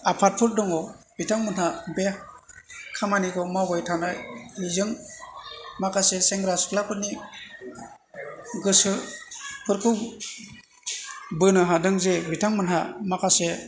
आफादफोर दङ' बिथांमोनहा बे खामानिखौ मावबाय थानाय निजोम माखासे सेंग्रा सिख्लाफोरनि गोसोफोरखौ बोनो हादों जे बिथांमोनहा माखासे